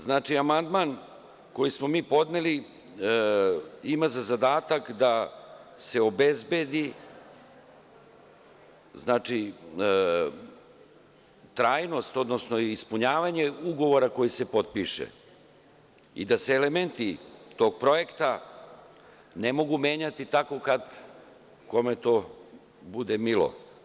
Znači, amandman koji smo mi podneli ima za zadatak da se obezbedi trajnost, odnosno ispunjavanje potpisanog ugovora i da se elementi tog projekta ne mogu menjati kako kome bude milo.